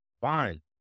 Fine